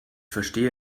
verstehe